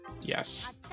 Yes